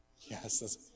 Yes